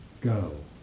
go